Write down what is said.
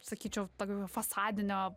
sakyčiau tokio fasadinio